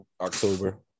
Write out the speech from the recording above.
October